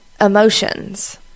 emotions